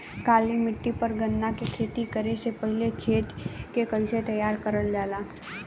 काली मिट्टी पर गन्ना के खेती करे से पहले खेत के कइसे तैयार करल जाला?